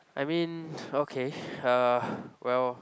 I mean okay uh well